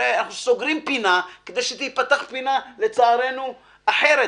הרי אנחנו סוגרים פינה כדי שתיפתח לצערנו פינה אחרת,